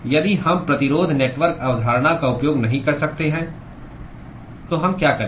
यदि हम प्रतिरोध नेटवर्क अवधारणा का उपयोग नहीं कर सकते हैं तो हम क्या करें